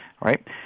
right